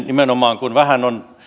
nimenomaan siksi kun vähän on